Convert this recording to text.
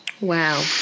Wow